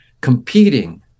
competing